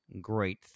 great